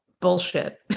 bullshit